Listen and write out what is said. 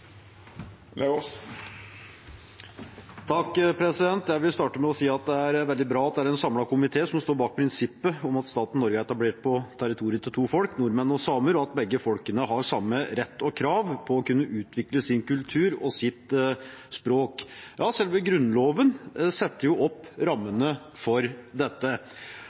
Jeg vil starte med å si at det er veldig bra at det er en samlet komité som står bak prinsippet om at staten Norge er etablert på territoriet til to folk, nordmenn og samer, og at begge folkene har samme rett til og krav på å kunne utvikle sin kultur og sitt språk. Selve Grunnloven setter opp rammene for dette.